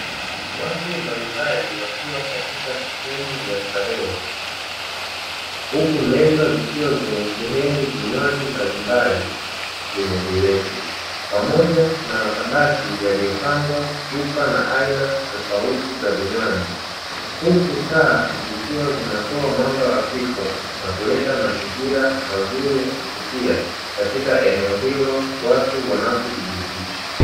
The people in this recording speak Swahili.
Watu mbalimbali wakiwa katika sehemu ya starehe, huku meza zikiwa zimesheheni vinywaji mbalimbali vyenye vilevi pamoja na makabati yaliyopangwa chupa za aina tofauti za vinywaji huku taa zikiwa zinatoa mwanga hafifu na kuleta mazingira mazuri ya kuvutia katika eneo hilo watu wanapo jiburudisha.